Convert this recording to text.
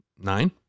Nine